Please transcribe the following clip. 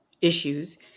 issues